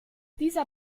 dieser